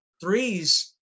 threes